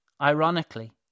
Ironically